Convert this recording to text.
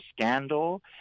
scandal